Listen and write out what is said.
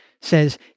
says